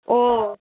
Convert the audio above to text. ও